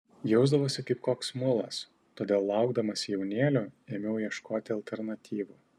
jausdavausi kaip koks mulas todėl laukdamasi jaunėlio ėmiau ieškoti alternatyvų